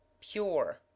pure